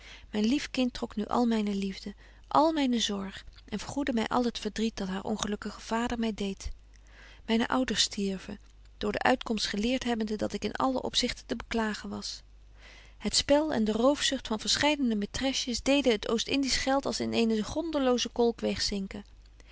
myn lief kind trok nu alle myne liefde alle myne zorg en vergoedde my al het verdriet dat haar ongelukkige vader my deedt myne ouders stierven door de uitkomst geleert hebbende dat ik in allen opzichte te beklagen was het spel en de roofzucht van verscheidene maitresjes deden het oostindiesch geld als in eenen grondelozen